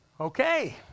Okay